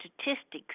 statistics